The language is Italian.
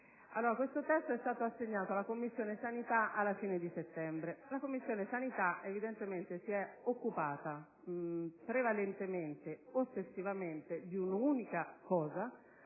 Questo testo è stato assegnato alla Commissione sanità alla fine di settembre; tale Commissione si è evidentemente occupata, prevalentemente e ossessivamente, di un'unica